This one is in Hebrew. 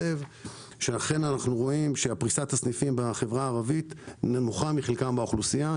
אכן אנחנו רואים שפריסת הסניפים בחברה הערבית נמוכה מחלקם באוכלוסייה.